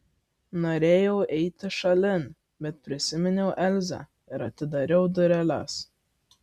norėjau eiti šalin bet prisiminiau elzę ir atidariau dureles